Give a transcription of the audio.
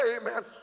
amen